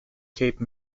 cape